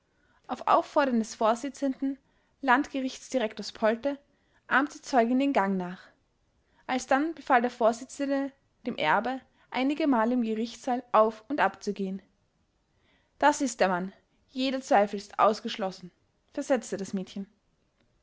auf auffordern des vorsitzenden landgerichtsdirektors polte ahmt die zeugin den gang nach alsdann befahl der vorsitzende dem erbe einige male im gerichtssaal auf und ab zu gehen das ist der mann jeder zweifel ist ausgeschlossen versetzte das mädchen